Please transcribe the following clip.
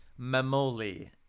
mamoli